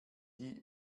die